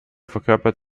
verkörpert